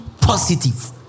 positive